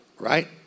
Right